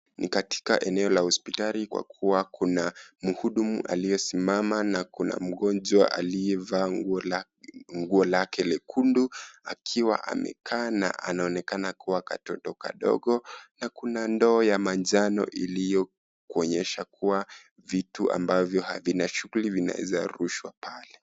Ni katika eneo la hospitali kwa kuwa Kuna mhudumu aliyesimama na Kuna mgonjwa aliye vaa nguo lale lekundu akiwa amekaa na anaonekana kuwa katoto kadogo na Kuna ndoo ya manjano iliyo kuonyesha kuwa vitu ambavyo havina shughuli vinaweza rushwa pale.